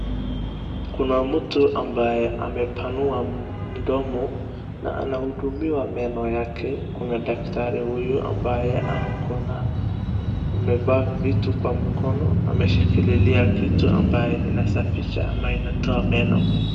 Kuna mtu ambaye amepanua mdomo na anahudumiwa meno yake. Kuna daktari huyu ambaye ako na amevaa vitu kwa mkono, ameshikililia kitu ambaye inasafisha na inatoa meno.